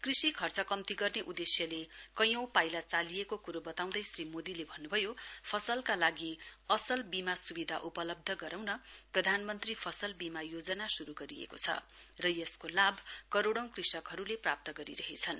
कृषि खर्च कम्ती गर्ने उद्देश्यले कैंयौ पाइला चालिएको क्रो बताउँदै श्री मोदीले भन्न्भयो फसलका लागि असल बीमा स्विधा उपलब्ध गराउनका लागि प्रधानमन्त्री फसल बीमा योजना शुरु गरिएको छ र यसको लाभ करोडौं कृषकहरूले प्राप्त गरिरहेछन्